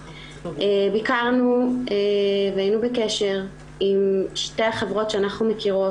ביקרנו והיינו בקשר עם שתי החברות שאנחנו מכירות